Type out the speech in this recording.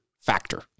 factor